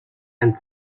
and